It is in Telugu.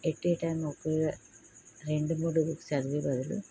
ఎట్ యే టైమ్ ఒకే రెండు మూడు బుక్స్ చదివే బదులు